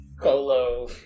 Colo